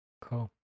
Cool